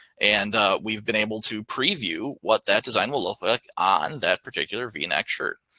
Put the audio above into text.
and we've been able to preview what that design will look like on that particular v-neck shirt.